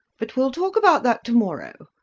but we'll talk about that to-morrow.